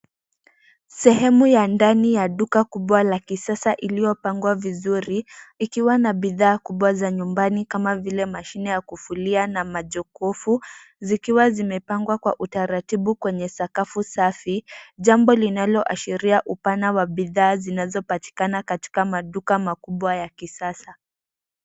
Sehemu ya ndani ya duka kubwa la kisasa iliyopangwa vizuri, ikiwa na bidhaa kubwa za nyumbani kama vile mashine ya kufulia na majokofu zikiwa zimepangwa kwa utaratibu kwenye sakafu safi. Jambo linaloashiria upana wa bidhaa zinazopatikana katika maduka makubwa ya kisasa.